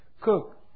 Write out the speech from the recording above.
cook